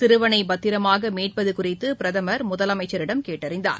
சிறுவனைபத்திரமாகமீட்பதுகுறித்தபிரதமர் முதலமைச்சரிடம் கேட்டறிந்தார்